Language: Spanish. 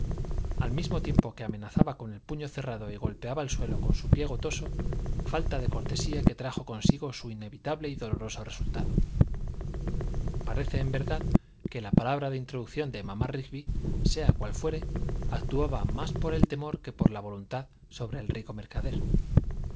al mismo tiempo que amenazaba con el puño cerrado y golpeaba el suelo con su pie gotoso falta de cortesía que trajo consigo su inevitable y doloroso resultado parece en verdad que la palabra de introducción de mamá rigby sea cual fuere actuaba más por el temor que por la voluntad sobre el rico mercader